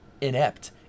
inept